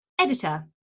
editor